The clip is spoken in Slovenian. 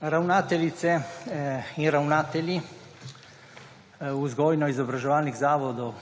Ravnateljice in ravnatelji vzgojno-izobraževalnih zavodov